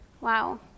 Wow